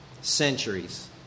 centuries